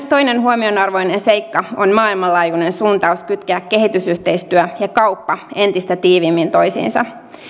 toinen huomionarvoinen seikka on maailmanlaajuinen suuntaus kytkeä kehitysyhteistyö ja kauppa entistä tiiviimmin toisiinsa